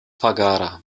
pagara